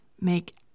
make